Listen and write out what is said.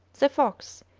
the fox,